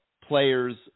players